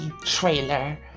trailer